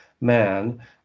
man